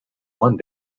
one